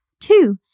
two